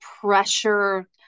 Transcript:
pressure